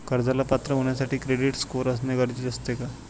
कर्जाला पात्र होण्यासाठी क्रेडिट स्कोअर असणे गरजेचे असते का?